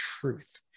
truth